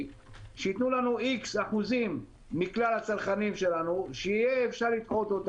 שייתנו לנו X אחוזים מכלל הצרכנים שלנו שיהיה אפשר לדחות,